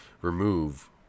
remove